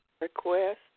request